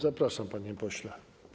Zapraszam, panie pośle.